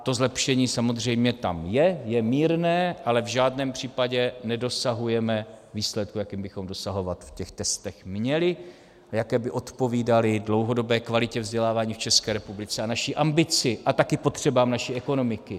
To zlepšení samozřejmě tam je, je mírné, ale v žádném případě nedosahujeme výsledků, jakých bychom v těch testech měli a jaké by odpovídaly dlouhodobé kvalitě vzdělávání v České republice a naší ambici a taky potřebám naší ekonomiky.